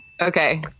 Okay